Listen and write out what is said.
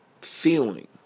feeling